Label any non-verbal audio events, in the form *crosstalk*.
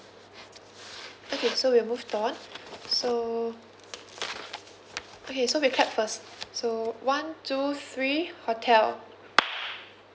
okay so we'll move on so okay so we clap first so one two three hotel *noise*